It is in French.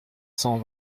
cent